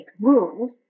rules